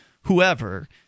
whoever